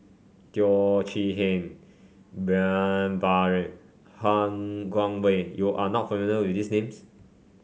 Teo Chee Hean Brian Farrell Han Guangwei you are not familiar with these names